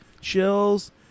chills